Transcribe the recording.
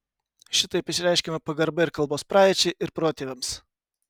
šitaip išreiškiama pagarba ir kalbos praeičiai ir protėviams